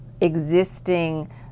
existing